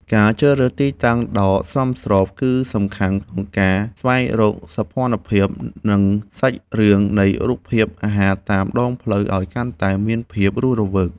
ការជ្រើសរើសទីតាំងដ៏សមស្រប គឺសំខាន់ក្នុងការស្វែងរកសោភ័ណភាព និងសាច់រឿងនៃរូបភាពអាហារតាមដងផ្លូវឱ្យកាន់តែមានភាពរស់រវើក។